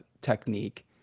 technique